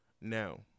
now